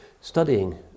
studying